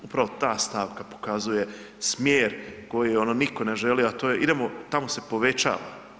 Upravo ta stavka pokazuje smjer koji ono nitko ne želi, a to je, idemo, tamo se povećava.